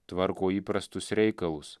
tvarko įprastus reikalus